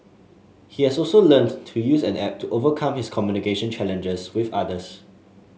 he has also learnt to use an app to overcome his communication challenges with others